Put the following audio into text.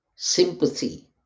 Sympathy